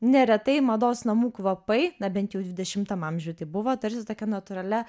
neretai mados namų kvapai na bent jau dvidešimtam amžiuj taip buvo tarsi tokia natūralia